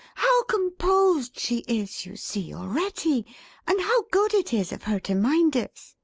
how composed she is, you see, already and how good it is of her to mind us,